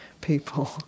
people